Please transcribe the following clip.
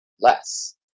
less